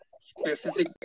specific